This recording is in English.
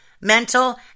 mental